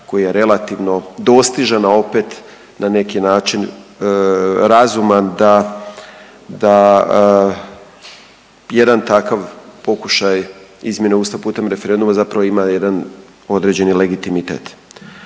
koji je relativno dostižan, a opet na neki način razuman da, da jedan takav pokušaj izmjene Ustava putem referenduma zapravo ima jedan određeni legitimitet.